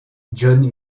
john